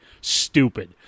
stupid